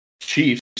Chiefs